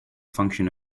function